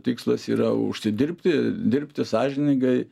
tikslas yra užsidirbti dirbti sąžiningai